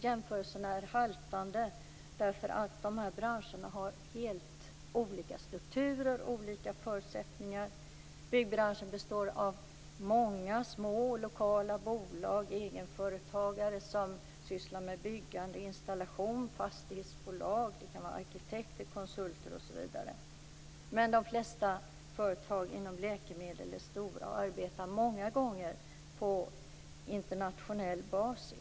Jämförelsen haltar: branscherna har helt olika strukturer och förutsättningar. Byggbranschen består av många, små lokala bolag, egenföretagare som sysslar med byggande och installation, fastighetsbolag, arkitekter, konsulter osv. De flesta företag inom läkemedelsbranschen är stora och arbetar många gånger på internationell basis.